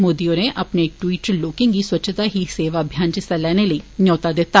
मोदी होरें अपने द्वीट च लोकें गी स्वच्छता ही सेवा अभियान च हिस्सा लैने लेई नयोता दिता